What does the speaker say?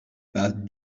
pas